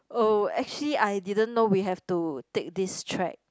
oh actually I didn't know we have to take this track